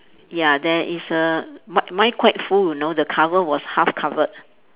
ya there is a mine mine quite full you know the cover was half covered